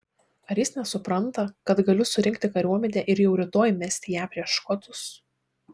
ar jis nesupranta kad galiu surinkti kariuomenę ir jau rytoj mesti ją prieš škotus